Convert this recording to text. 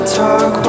talk